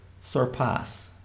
surpass